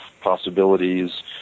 possibilities